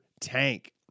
tank